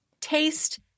taste